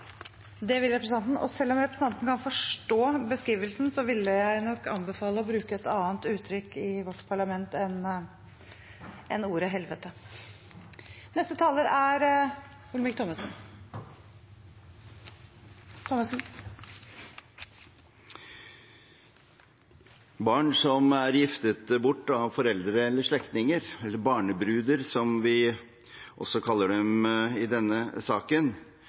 Det vil representanten. Representanten Masud Gharahkhani har da tatt opp det forslaget han refererte til i sitt innlegg. Selv om presidenten kan forstå beskrivelsen, ville hun nok anbefale å bruke et annet uttrykk i vårt parlament enn ordet «helvete». Barn som er giftet bort av foreldre eller slektninger – barnebruder, som vi også kaller dem i denne saken